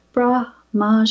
Brahma